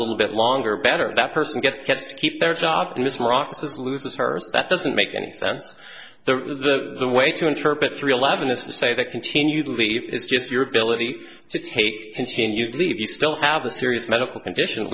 little bit longer better that person gets get to keep their job in this morocco's loses her that doesn't make any sense the the way to interpret three eleven is say that continue to leave it's just your ability to take continued leave you still have a serious medical condition